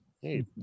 Hey